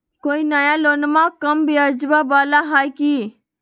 कोइ नया लोनमा कम ब्याजवा वाला हय की?